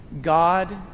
God